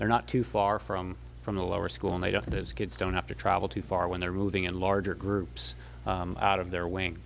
they're not too far from from the lower school and they don't as kids don't have to travel too far when they're moving in larger groups out of their wing